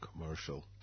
Commercial